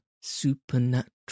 supernatural